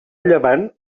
llevant